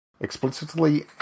explicitly